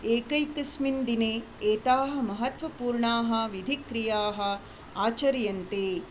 एकैकस्मिन् दिने एताः महत्त्वपूर्णाः विधिक्रियाः आचर्यन्ते